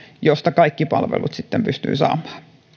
josta kaikki palvelut sitten pystyy saamaan